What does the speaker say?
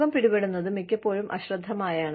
രോഗം പിടിപെടുന്നത് മിക്കപ്പോഴും അശ്രദ്ധമായാണ്